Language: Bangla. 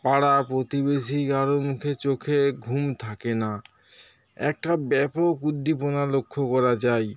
পাড়া প্রতিবেশী কারো মুখে চোখে ঘুম থাকে না একটা ব্যাপক উদ্দীপনা লক্ষ্য করা যায়